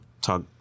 talk